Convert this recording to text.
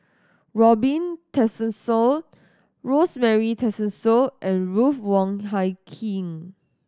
Robin Tessensohn Rosemary Tessensohn and Ruth Wong Hie King